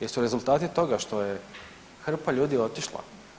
Jesu rezultati toga što je hrpa ljudi otišla.